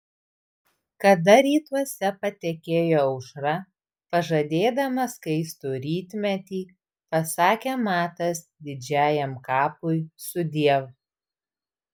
kada rytuose patekėjo aušra pažadėdama skaistų rytmetį pasakė matas didžiajam kapui sudiev